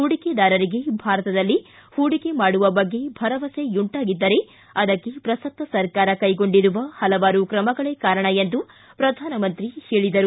ಹೂಡಿಕೆದಾರರಿಗೆ ಭಾರತದಲ್ಲಿ ಹೂಡಕೆ ಮಾಡುವ ಬಗ್ಗೆ ಭರವಸೆಯುಂಟಾಗಿದ್ದರೆ ಅದಕ್ಕೆ ಪ್ರಸಕ್ತ ಸರ್ಕಾರ ಕೈಗೊಂಡಿರುವ ಪಲವಾರು ಕ್ರಮಗಳೆ ಕಾರಣ ಎಂದು ಪ್ರಧಾನಮಂತ್ರಿ ಹೇಳಿದರು